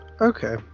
Okay